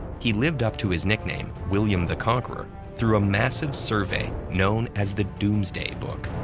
he lived up to his nickname william the conqueror through a massive survey known as the domesday book,